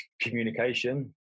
communication